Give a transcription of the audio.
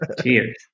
Cheers